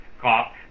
cop